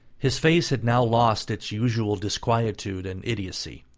his face had now lost its usual disquietude and idiocy.